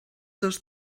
dos